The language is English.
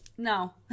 No